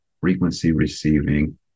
frequency-receiving